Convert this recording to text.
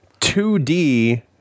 2D